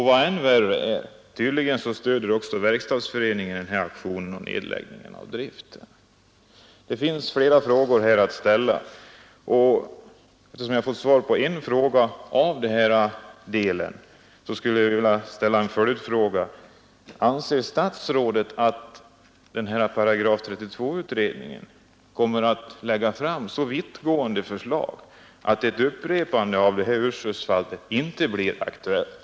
Vad än värre är, tydligen stöder också Det finns flera frågor att ställa, och sedan jag nu fått svar på en fråga vill jag ställa en följdfråga: Anser statsrådet att ”§ 32-utredningen” kommer att lägga fram så vittgående förslag att ett upprepande av Urshultsfallet inte blir aktuellt?